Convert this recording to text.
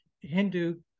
hindu